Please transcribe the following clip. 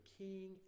king